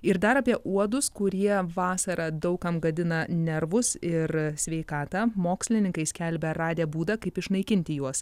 ir dar apie uodus kurie vasarą daug kam gadina nervus ir sveikatą mokslininkai skelbia radę būdą kaip išnaikinti juos